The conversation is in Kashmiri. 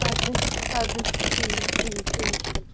ادٕ حَظ ادٕ حَظ ٹھیٖکھ ٹھیٖکھ اِنشاء اللہ